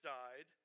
died